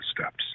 steps